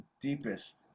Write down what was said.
deepest